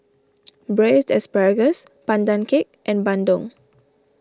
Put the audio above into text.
Braised Asparagus Pandan Cake and Bandung